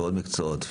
בעוד מקצועות,